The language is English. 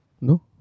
No